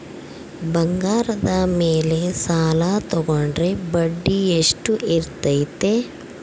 ಬಂಗಾರದ ಮೇಲೆ ಸಾಲ ತೋಗೊಂಡ್ರೆ ಬಡ್ಡಿ ಎಷ್ಟು ಇರ್ತೈತೆ?